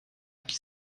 que